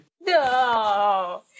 No